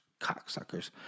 cocksuckers